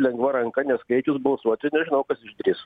lengva ranka neskaičius balsuoti nežinau kas išdrįs